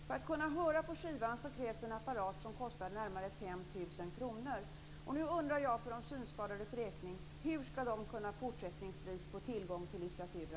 För att kunna lyssna på sådana skivor krävs det en apparat som kostar närmare 5 000 kr.